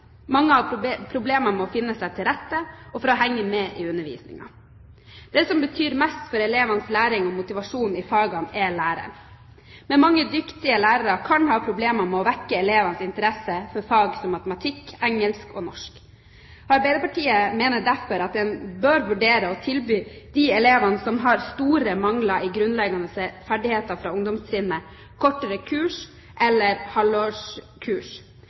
Mange har problemer med å finne seg til rette og å henge med i undervisningen. Det som betyr mest for elevenes læring og motivasjon i fagene, er læreren. Men mange dyktige lærere kan ha problemer med å vekke elevenes interesse for fag som matematikk, engelsk og norsk. Arbeiderpartiet mener derfor at en bør vurdere å tilby de elevene som har store mangler i grunnleggende ferdigheter fra ungdomstrinnet, kortere kurs eller halvårskurs.